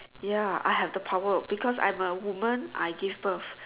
ya I have the power because I'm a woman I give birth